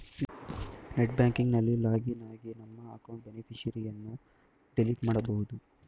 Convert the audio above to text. net banking ನಲ್ಲಿ login ಆಗಿ ನಮ್ಮ ಅಕೌಂಟ್ ಬೇನಿಫಿಷರಿಯನ್ನು ಡಿಲೀಟ್ ಮಾಡಬೋದು